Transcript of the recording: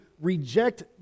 reject